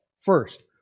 first